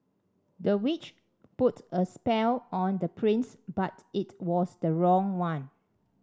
the witch put a spell on the prince but it was the wrong one